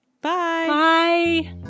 Bye